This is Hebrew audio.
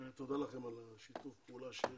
תודה לכם על שיתוף הפעולה שיש,